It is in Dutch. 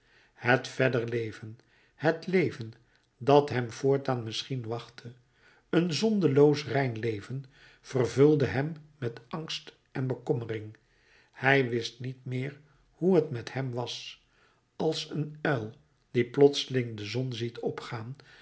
het verder leven het leven dat hem voortaan misschien wachtte een zondeloos rein leven vervulde hem met angst en bekommering hij wist niet meer hoe t met hem was als een uil die plotseling de zon ziet opgaan